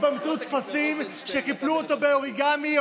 או באמצעות טפסים שקיפלו באוריגמי,